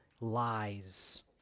lies